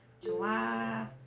july